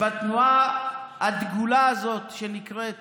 בתנועה הדגולה הזאת שנקראת